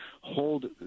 hold